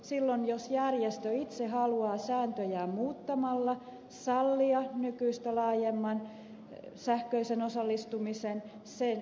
silloin jos järjestö itse haluaa sääntöjään muuttamalla sallia nykyistä laajemman sähköisen osallistumisen sen yhdistys saa tehdä